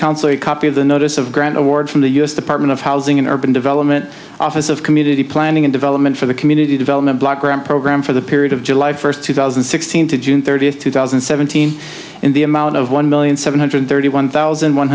a copy of the notice of grant award from the u s department of housing and urban development office of community planning and development for the community development block grant program for the period of july first two thousand and sixteen to june thirtieth two thousand and seventeen and the amount of one million seven hundred thirty one thousand one